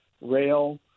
rail